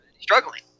struggling